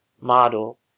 model